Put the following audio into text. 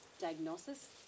diagnosis